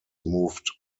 moved